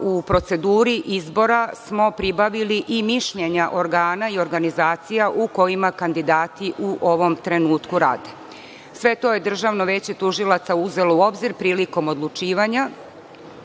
u proceduri izbora smo pribavili i mišljenja organa i organizacija u kojima kandidati u ovom trenutku rade. Sve to je Državno veće tužilaca uzelo u obzir prilikom odlučivanja